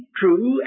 true